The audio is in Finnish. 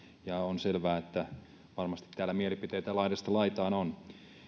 ja on selvää että varmasti täällä mielipiteitä laidasta laitaan on